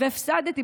והפסדתי,